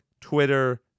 Twitter